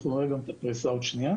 אנחנו נראה גם את הפריסה עוד שנייה.